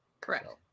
Correct